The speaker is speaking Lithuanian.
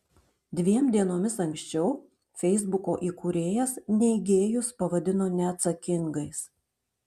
dviem dienomis anksčiau feisbuko įkūrėjas neigėjus pavadino neatsakingais